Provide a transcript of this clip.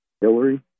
Hillary